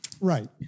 Right